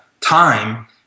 time